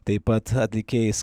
taip pat atlikėjais